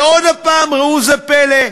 ועוד הפעם, ראו זה פלא,